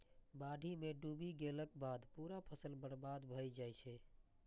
बाढ़ि मे डूबि गेलाक बाद पूरा फसल बर्बाद भए जाइ छै